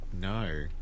No